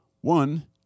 One